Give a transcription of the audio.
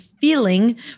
feeling